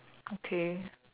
okay